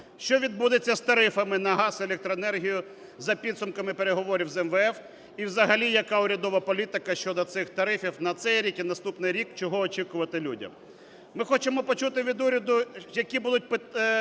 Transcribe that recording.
що відбудеться з тарифами на газ, електроенергію за підсумками переговорів з МВФ, і взагалі яка урядова політика щодо цих тарифів на цей рік і наступний рік, чого очікувати людям. Ми хочемо почути від уряду, яка буде ситуація